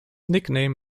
nickname